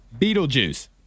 Beetlejuice